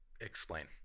explain